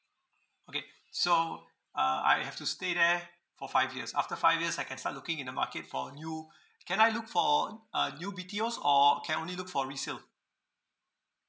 okay so uh I have to stay there for five years after five years I can start looking in the market for a new can I look for a new B_T_Os or can only look for resale